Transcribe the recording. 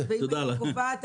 ואם הייתי קובעת,